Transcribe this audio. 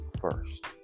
first